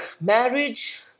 marriage